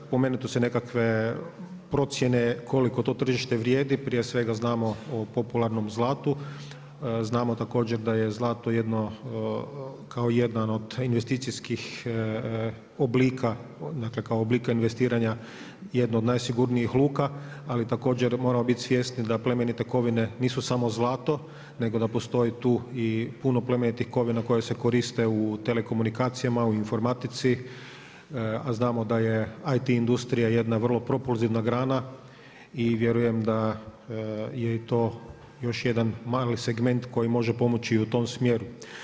Spomenute su i nekakve procjene koliko to tržište vrijedi, prije svega znamo o popularno zlatu, znamo također da je zlato kao jedan od investicijskih oblika, dakle kao oblika investiranja jedno od najsigurnijih luka ali također moramo biti svjesni da plemenite kovine nisu samo zlato nego da postoji tu i puno plemenitih kovina koje se koriste u telekomunikacijama, u informatici a znamo da je IT industrija jedna vrlo propulzivna grana i vjerujem da je i to još jedan mali segment koji može pomoći u tom smjeru.